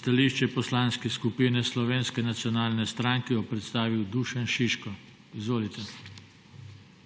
Stališče Poslanske skupine Slovenske nacionalne stranke bo predstavil Dušan Šiško. Izvolite.